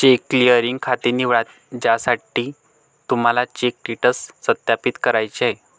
check clearing खाते निवडा ज्यासाठी तुम्हाला चेक स्टेटस सत्यापित करायचे आहे